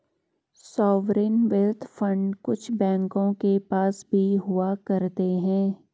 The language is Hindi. सॉवरेन वेल्थ फंड कुछ बैंकों के पास भी हुआ करते हैं